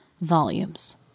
volumes